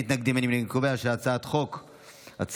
נעבור להצבעה, חברי הכנסת.